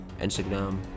Instagram